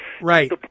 Right